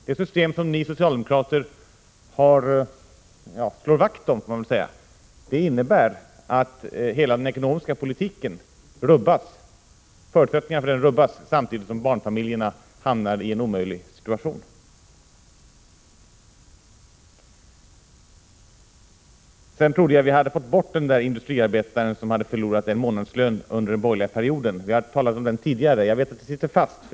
Det system som ni socialdemokrater slår vakt om innebär att förutsättningarna för den ekonomiska politiken rubbas samtidigt som barnfamiljerna hamnar i en omöjlig situation. Sedan trodde jag att vi hade fått bort den där industriarbetaren som hade förlorat en månadslön under den borgerliga regeringsperioden. Ni har ofta talat om detta exempel tidigare, och jag vet att det sitter fast.